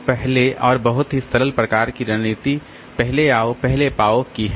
तो पहले और बहुत ही सरल प्रकार की रणनीति पहले आओ पहले पाओ की है